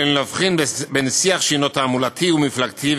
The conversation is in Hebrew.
עלינו להבחין בין שיח תעמולתי ומפלגתי,